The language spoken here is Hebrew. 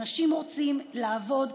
אנשים רוצים לעבוד.